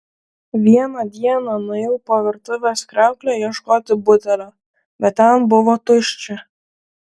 vieną dieną nuėjau po virtuvės kriaukle ieškoti butelio bet ten buvo tuščia